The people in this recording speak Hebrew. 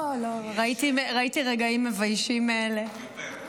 לא, לא, ראיתי רגעים מביישים מאלה.